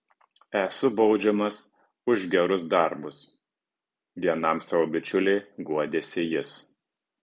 esu baudžiamas už gerus darbus vienam savo bičiuliui guodėsi jis